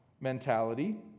mentality